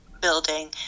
building